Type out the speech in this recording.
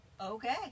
Okay